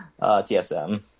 TSM